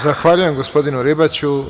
Zahvaljujem gospodinu Ribaću.